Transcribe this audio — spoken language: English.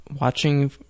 Watching